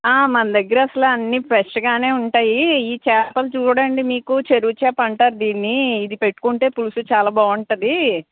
మన దగ్గర అసలు అన్నీ ఫ్రెష్గానే ఉంటయి ఈ చేపలు చూడండి మీకు చెరువు చేప అంటారు దీన్నీ ఇది పెట్టుకుంటే పులుసు చాలా బాగుంటుంది